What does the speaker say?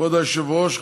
כבוד היושב-ראש,